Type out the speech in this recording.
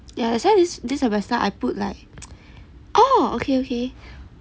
ya that's why is this semester I put like oh okay okay